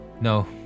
No